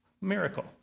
Miracle